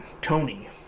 Tony